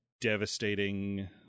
devastating